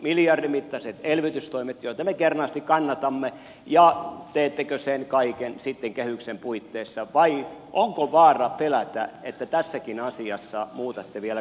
miljardimittaiset elvytystoimet joita me kernaasti kannatamme teettekö sen kaiken sitten kehyksen puitteissa vai onko vaara pelätä että tässäkin asiassa muutatte vielä kantanne